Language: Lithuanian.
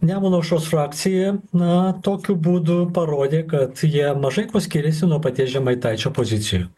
nemuno aušros frakcija na tokiu būdu parodė kad jie mažai kuo skiriasi nuo paties žemaitaičio pozicijoj